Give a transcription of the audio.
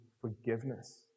forgiveness